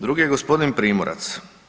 Drugi je gospodin Primorac.